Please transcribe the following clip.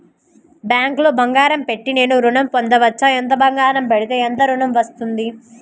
బ్యాంక్లో బంగారం పెట్టి నేను ఋణం పొందవచ్చా? ఎంత బంగారం పెడితే ఎంత ఋణం వస్తుంది?